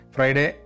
Friday